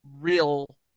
real